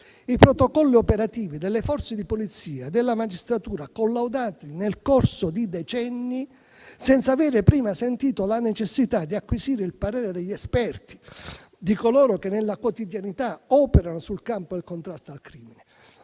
i protocolli operativi delle Forze di polizia e della magistratura collaudati nel corso di decenni, senza avere prima sentito la necessità di acquisire il parere degli esperti, di coloro che nella quotidianità operano sul campo del contrasto al crimine.